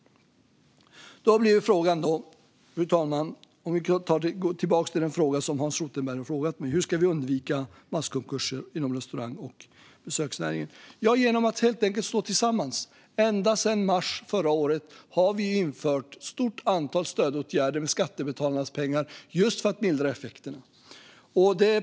Fru talman! Låt mig gå tillbaka till den fråga som Hans Rothenberg har ställt till mig. Hur ska vi undvika masskonkurser inom restaurang och besöksnäringen? Genom att helt enkelt stå tillsammans! Ända sedan i mars förra året har vi infört ett stort antal stödåtgärder med skattebetalarnas pengar just för att mildra effekterna av viruset.